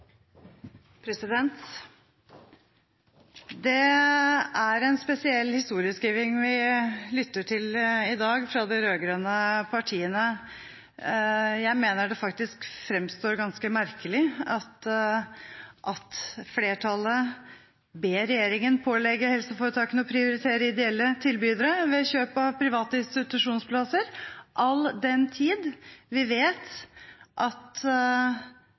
en spesiell historieskriving vi i dag hører fra de rød-grønne partiene. Jeg mener det faktisk framstår som ganske merkelig at flertallet ber regjeringen pålegge helseforetakene å prioritere ideelle tilbydere ved kjøp av private institusjonsplasser, all den tid vi vet at